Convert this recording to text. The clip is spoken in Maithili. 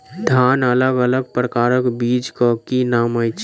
धान अलग अलग प्रकारक बीज केँ की नाम अछि?